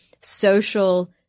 social